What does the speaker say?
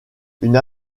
une